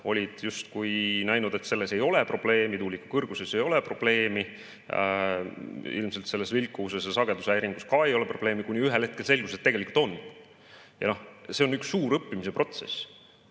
olid justkui näinud, et selles ei ole probleemi, tuuliku kõrguses ei ole probleemi. Ilmselt selles vilkuvuses ja sagedushäiringus ka ei ole probleemi. Kuni ühel hetkel selgus, et tegelikult on. See on üks suur õppimise protsess,